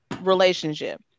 relationship